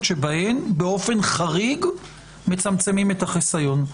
שבהן באופן חריג מצמצמים את החיסיון.